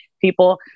people